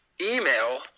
email